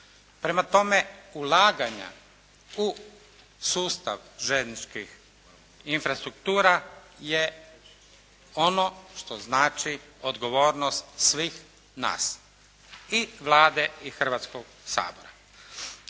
Prema tome, ulaganja u sustav željezničkih infrastruktura je ono što znači odgovornost svih nas, i Vlade i Hrvatskog sabora.